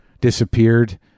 disappeared